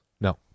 no